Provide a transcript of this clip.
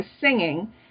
Singing